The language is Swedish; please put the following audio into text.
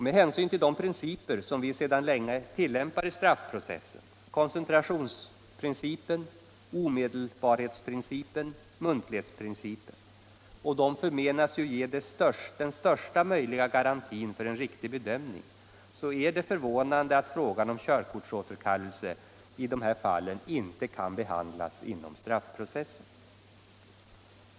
Med hänsyn till de principer vi sedan länge tillämpar i straffprocessen — koncentrationsprincipen, omedelbarhetsprincipen och muntlighetsprincipen — som ju förmenas ge största möjliga garanti för en riktig bedömning är det förvånande att frågan om körkortsåterkallelse i dessa fall inte kan behandlas inom straffprocessen.